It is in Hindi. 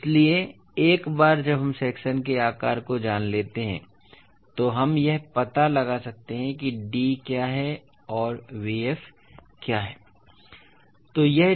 इसलिए एक बार जब हम सेक्शन के आकार को जान लेते हैं तो हम यह पता लगा सकते हैं कि d क्या है और bf क्या है